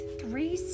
three